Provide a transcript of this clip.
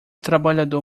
trabalhador